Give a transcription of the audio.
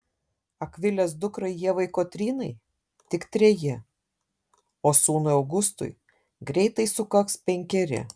akvilės dukrai ievai kotrynai tik treji o sūnui augustui greitai sukaks penkeri